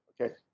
Okay